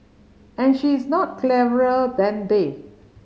and she is not cleverer than they